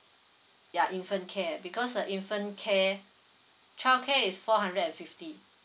ya infant care because the infant care child care is four hundred and fifty